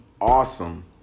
awesome